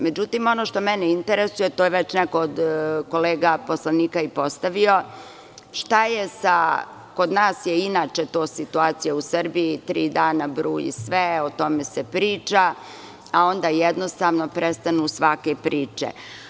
Međutim, ono što mene interesuje, to je već neko od kolega poslanika i postavio, kod nas je inače to situacija u Srbiji, tri dana bruji sve, o tome se priča, a onda jednostavno prestanu svake priče.